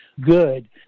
good